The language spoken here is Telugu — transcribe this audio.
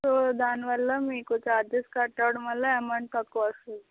సో దానివల్ల మీకు ఛార్జెస్ కట్ అవడం వల్ల అమౌంట్ తక్కువ వస్తుంది